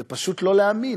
זה פשוט לא להאמין.